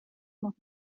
محیط